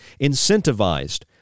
incentivized